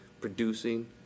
producing